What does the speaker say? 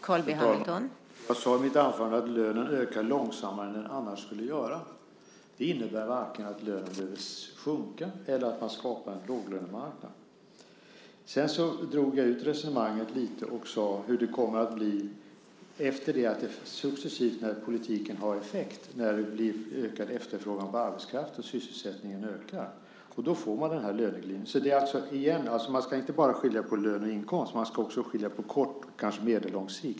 Fru talman! Jag sade i mitt anförande att lönen ökar långsammare än den annars skulle göra. Det innebär varken att lönen behöver sjunka eller att man skapar en låglönemarknad. Sedan drog jag ut resonemanget lite och sade hur det kommer att bli successivt när politiken har effekt, när det blir ökad efterfrågan på arbetskraft och sysselsättningen ökar. Då får man den här löneglidningen. Man ska alltså inte bara skilja på lön och inkomst, utan man ska också skilja på kort och medellång sikt.